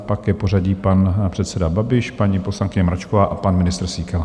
Pak je pořadí: pan předseda Babiš, paní poslankyně Mračková a pan ministr Síkela.